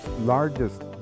largest